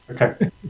Okay